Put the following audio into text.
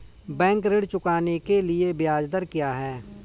Bank ऋण चुकाने के लिए ब्याज दर क्या है?